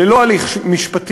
ללא הליך משפטי,